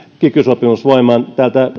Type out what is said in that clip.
kiky sopimus voimaan